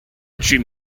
jim